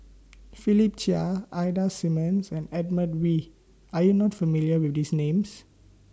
Philip Chia Ida Simmons and Edmund Wee Are YOU not familiar with These Names